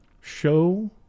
show